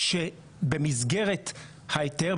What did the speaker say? כשבמסגרת ההיתר,